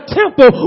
temple